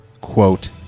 quote